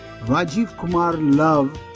rajivkumarlove